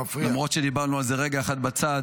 למרות שדיברנו על זה רגע אחד בצד,